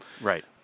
Right